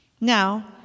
Now